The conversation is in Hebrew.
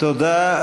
תודה.